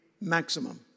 maximum